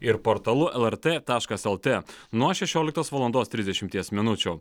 ir portalu lrt taštas lt nuo šešioliktos valandos trisdešimties minučių